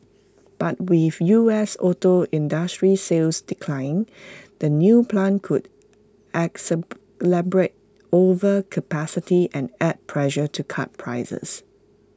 but with U S auto industry sales declining the new plant could overcapacity and add pressure to cut prices